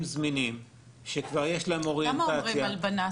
זמינים שכבר יש להם אוריינטציה --- למה אומרים "הלבנה"?